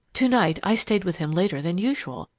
tonight i stayed with him later than usual,